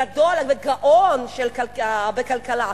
גדול וגאון בכלכלה,